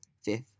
Fifth